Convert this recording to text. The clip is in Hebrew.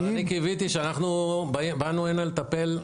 לא, אבל אני קיוויתי שאנחנו באנו הנה לטפל.